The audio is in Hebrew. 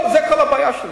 זו כל הבעיה שלי.